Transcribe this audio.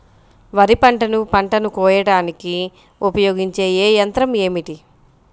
వరిపంటను పంటను కోయడానికి ఉపయోగించే ఏ యంత్రం ఏమిటి?